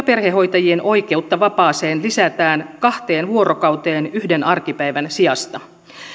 perhehoitajien oikeutta vapaaseen lisätään kahteen vuorokauteen yhden arkipäivän sijasta